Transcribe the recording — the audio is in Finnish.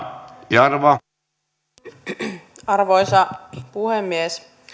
arvoisa puhemies